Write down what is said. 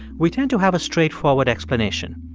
we tend to have a straightforward explanation.